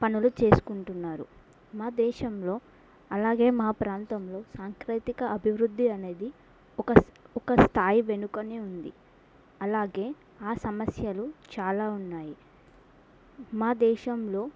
పనులు చేసుకుంటున్నారు మా దేశంలో అలాగే మా ప్రాంతంలో సాంకేతిక అభివృద్ధి అనేది ఒక ఒక స్థాయి వెనుకనే ఉంది అలాగే ఆ సమస్యలు చాలా ఉన్నాయి మా దేశంలో